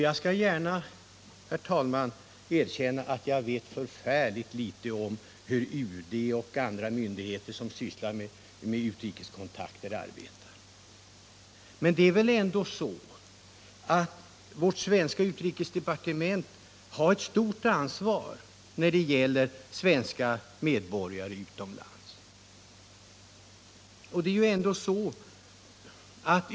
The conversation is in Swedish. Jag skall gärna, herr talman, erkänna att jag vet förfärligt litet om hur UD och andra myndigheter som sysslar med utrikeskontakter arbetar. Men det är väl ändå så att vårt svenska utrikesdepartement har ett stort ansvar när det gäller svenska medborgare utomlands.